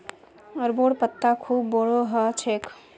अरबोंर पत्ता खूब बोरो ह छेक